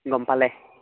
গম পালে